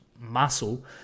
muscle